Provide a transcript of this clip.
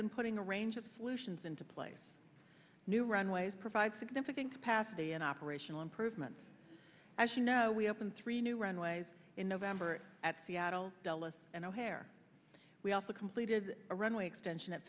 been putting a range of solutions into place new runways provide significant capacity and operational improvements as you know we opened three new runways in november at seattle dulles and o'hare we also completed a runway extension at